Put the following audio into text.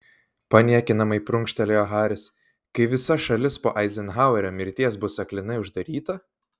paniekinamai prunkštelėjo haris kai visa šalis po eizenhauerio mirties bus aklinai uždaryta